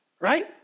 right